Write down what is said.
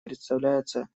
представляется